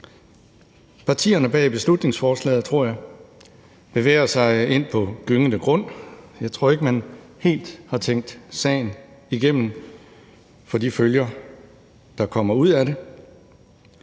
Partierne bag beslutningsforslaget tror jeg bevæger sig ind på gyngende grund. Jeg tror ikke, at man helt har tænkt sagen igennem i forhold til de følger, der kommer ud af det.